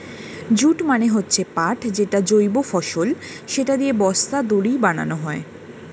jute মানে হচ্ছে পাট যেটা জৈব ফসল, সেটা দিয়ে বস্তা, দড়ি বানানো হয়